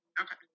Okay